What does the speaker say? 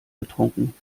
getrunken